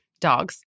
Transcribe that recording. dogs